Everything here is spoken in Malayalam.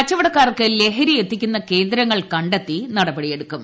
കച്ചവടക്കാർക്ക് ലഹരി എത്തിക്കുന്ന കേന്ദ്രങ്ങൾ കണ്ടെത്തി നടപടിയെടുക്കും